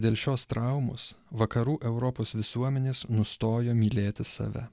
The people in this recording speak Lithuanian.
dėl šios traumos vakarų europos visuomenės nustojo mylėti save